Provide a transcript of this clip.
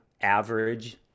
average